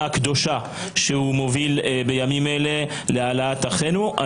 הקדושה שהוא מוביל בימים אלה להעלאת אחינו.